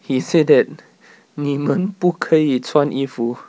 he said that 你们不可以穿衣服